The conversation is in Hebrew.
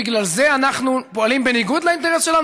בגלל זה אנחנו פועלים בניגוד לאינטרס שלנו?